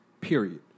period